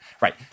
Right